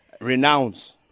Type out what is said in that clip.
renounce